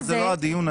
את זה.